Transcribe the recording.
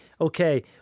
okay